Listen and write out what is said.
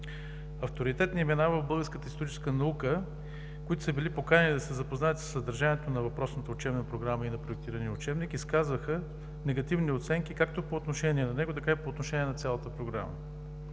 Авторитетни имена в българската историческа наука, които са били поканени да се запознаят със съдържанието на въпросната учебна програма и на проектирания учебник, изказаха негативни оценки както по отношение на него, така и по отношение на цялата програма.